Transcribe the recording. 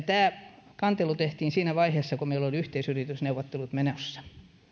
tämä kantelu tehtiin siinä vaiheessa kun meillä oli yhteisyritysneuvottelut menossa